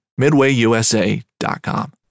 midwayusa.com